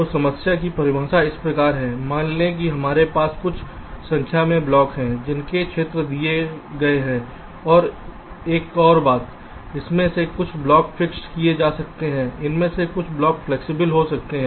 तो समस्या की परिभाषा इस प्रकार है मान लें कि हमारे पास कुछ संख्या में ब्लॉक है जिनके क्षेत्र दिए गए हैं और एक और बात है इनमें से कुछ ब्लॉक फिक्स्ड किए जा सकते हैं इनमें से कुछ ब्लॉक फ्लैक्सिबल हो सकते हैं